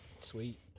Sweet